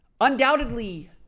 Undoubtedly